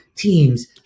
teams